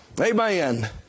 amen